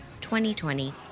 2020